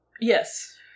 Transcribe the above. Yes